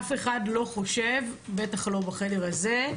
אף אחד לא חושב, בטח לא בחדר הזה,